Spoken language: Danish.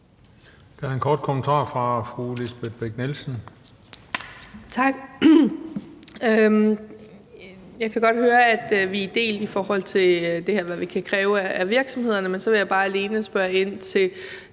Bech-Nielsen. Kl. 15:07 Lisbeth Bech-Nielsen (SF): Tak. Jeg kan godt høre, at vi er delt, i forhold til hvad vi kan kræve af virksomhederne, men så vil jeg bare alene spørge ind til